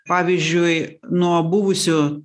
pavyzdžiui nuo buvusių